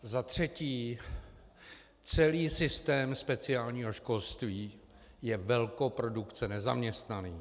Za třetí celý systém speciálního školství je velkoprodukce nezaměstnaných.